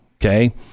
Okay